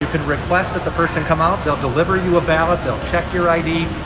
you can request that the person come out, they'll deliver you a ballot, they'll check your id.